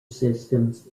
systems